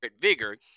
vigor